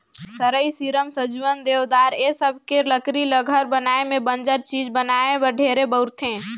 सरई, सीसम, सजुवन, देवदार ए सबके लकरी ल घर बनाये में बंजर चीज बनाये बर ढेरे बउरथे